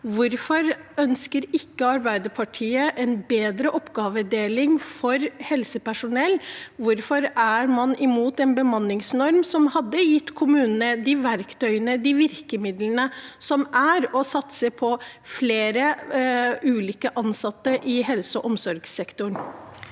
Hvorfor ønsker ikke Arbeiderpartiet en bedre oppgavedeling for helsepersonell? Hvorfor er man imot en bemanningsnorm som hadde gitt kommunene de verktøyene og de virkemidlene det er å satse på flere ulike ansatte i helse- og omsorgssektoren?